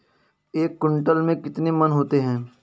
एक क्विंटल में कितने मन होते हैं?